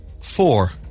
Four